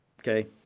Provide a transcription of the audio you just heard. Okay